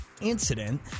incident